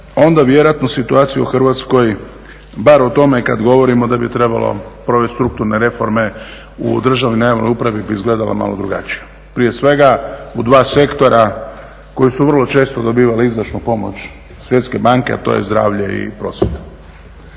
onda vjerojatno situaciju u Hrvatskoj, bar o tome kad govorimo da bi trebalo provesti strukturne reforme u državnoj upravi, bi izgledalo malo drugačije. Prije svega u 2 sektora koji su vrlo često dobivali izdašnu pomoć Svjetske banke, a to je zdravlje i prosvjeta.